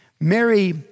Mary